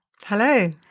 Hello